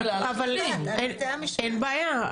אין בעיה,